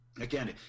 Again